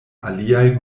aliaj